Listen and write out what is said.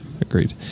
agreed